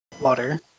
water